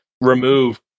remove